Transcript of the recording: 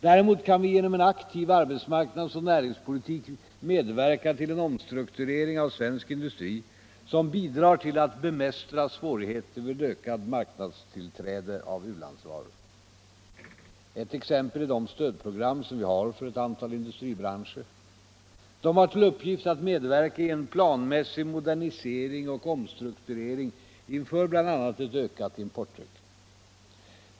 Däremot kan vi genom en aktiv arbetsmarknadsoch näringspolitik medverka till en omstrukturering av svensk industri som bidrar till att bemästra svårigheter vid ökat marknadstillträde av u-landsvaror. Ett exempel är de stödprogram som vi har för ett antal industribranscher. De har till uppgift att medverka i en planmässig modernisering och om misk världsordning strukturering inför bl.a. ett ökat importtryck.